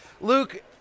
Luke